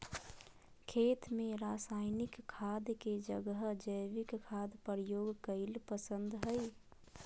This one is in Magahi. खेत में रासायनिक खाद के जगह जैविक खाद प्रयोग कईल पसंद हई